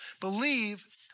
believe